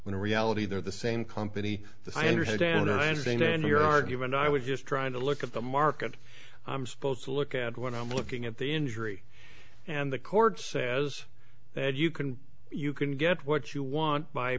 when in reality they're the same company that i understand and i understand your argument i was just trying to look at the market i'm supposed to look at when i'm looking at the injury and the court says that you can you can get what you want by